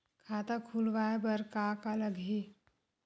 खाता खुलवाय बर का का लगही?